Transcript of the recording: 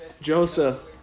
Joseph